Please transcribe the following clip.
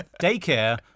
daycare